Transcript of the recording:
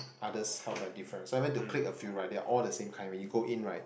others held by different so I went to click a few right they are all the same kind already go in right